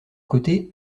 côté